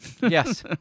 Yes